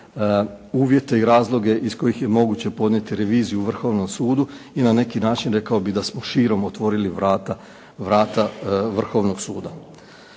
uvjete i razloge iz kojih je moguće podnijeti reviziju Vrhovnom sudu i na neki način rekao bih da smo širom otvorili vrata, vrata Vrhovnog suda.